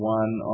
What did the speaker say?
one